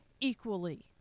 equally